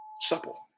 Supple